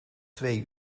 twee